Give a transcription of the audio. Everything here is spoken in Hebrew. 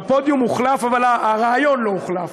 אבל הרעיון לא הוחלף.